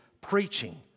preaching